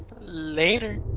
Later